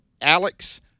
Alex